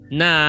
na